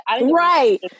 Right